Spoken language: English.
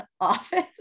office